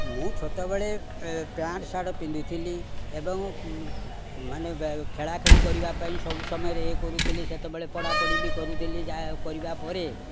ମୁଁ ଛୋଟବେଳେ pant shirt ପିନ୍ଧୁଥିଲି ଏବଂ ମାନେ ଖେଳାଖେଳି କରିବା ପାଇଁ ସବୁ ସମୟରେ ଇଏ କରୁଥିଲି ସେତେବେଳେ ପଢ଼ାପଢ଼ି ବି କରୁଥିଲି ଯାହା କରିବା ପରେ